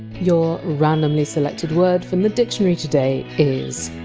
your randomly selected word from the dictionary today is!